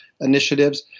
initiatives